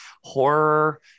horror